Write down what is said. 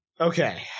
Okay